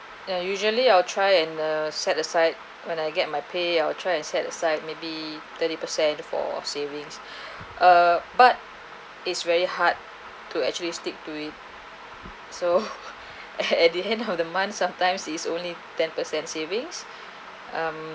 uh usually I'll try and uh set aside when I get my pay I will try and set aside maybe thirty percent for savings ah but it's very hard to actually stick to it so at the end of the month sometimes is only ten percent savings um